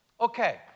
Okay